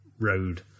road